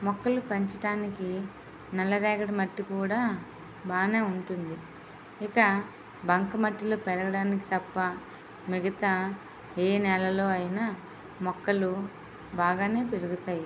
మొక్కలను పెంచడానికి నల్లరేగడి మట్టి కూడా బాగా ఉంటుంది ఇక బంకమట్టిలో పెరగడానికి తప్ప మిగతా ఏ నేలలో అయినా మొక్కలు బాగా పెరుగుతాయి